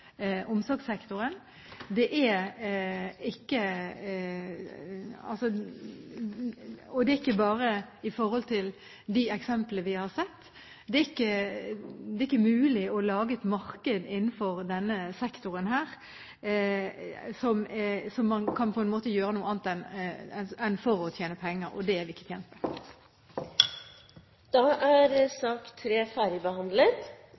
omsorgssektoren. Det gjelder ikke bare de eksemplene vi har sett, det er ikke mulig å lage et marked innenfor denne sektoren hvor man gjør det for noe annet enn for å tjene penger – og det er vi ikke tjent med. Da er sak nr. 3 ferdigbehandlet.